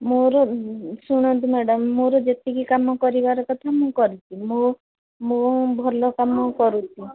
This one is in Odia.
ମୋର ଶୁଣନ୍ତୁ ମ୍ୟାଡ଼ମ ମୋର ଯେତିକି କାମ କରିବାର କଥା ମୁଁ କରିଛି ମୋ ମୋ ଭଲ କାମ କରୁଛି